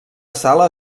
sala